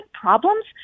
problems